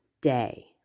day